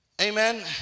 Amen